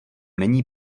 není